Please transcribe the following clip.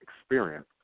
experience